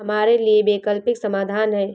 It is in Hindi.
हमारे लिए वैकल्पिक समाधान क्या है?